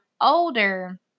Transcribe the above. older